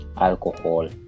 alcohol